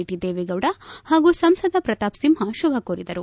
T Devegowda ಹಾಗೂ ಸಂಸದ ಪ್ರತಾಪ್ ಸಿಂಹ ಶುಭ ಕೋರಿದರು